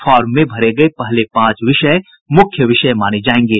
farm में भरे गये पहले पांच विषय मुख्य विषय माने जायेंगे